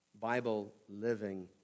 Bible-living